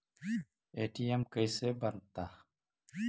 ATM कैसे बनता?